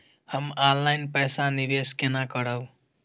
हम ऑनलाइन पैसा निवेश केना करब?